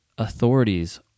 Authorities